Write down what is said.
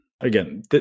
again